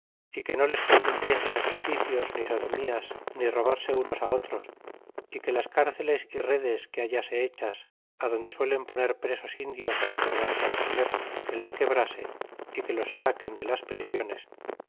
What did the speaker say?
é que no les consintiese sacrificios ni sodomías ni robarse unos á otros é que las cárceles é redes que hallase hechas adonde suelen tener presos indios engordar para comer que las quebrase y que los saquen de las prisiones